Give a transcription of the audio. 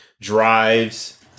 drives